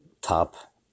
top